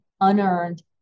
unearned